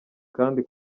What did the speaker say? kandi